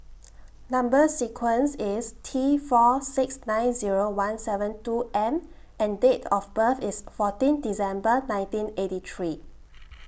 Number sequence IS T four six nine Zero one seven two M and Date of birth IS fourteen December nineteen eighty three